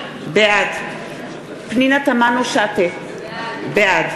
בעד פנינה תמנו-שטה, בעד